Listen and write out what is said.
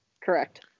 Correct